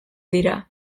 dira